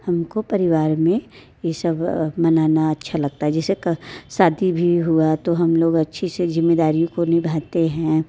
हमको परिवार में ये सब मनाना अच्छा लगता है जैसे शादी भी हुआ तो हम लोग अच्छी से जिम्मेदारियों को निभाते हैं